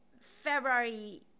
February